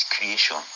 creation